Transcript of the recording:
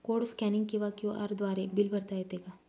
Code scanning किंवा Q R द्वारे bill भरता येते का?